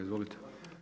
Izvolite.